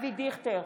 אבי דיכטר,